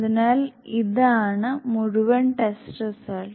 അതിനാൽ ഇതാണ് മുഴുവൻ ടെസ്റ്റ് റിസൾട്ട്